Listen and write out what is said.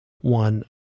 one